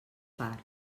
part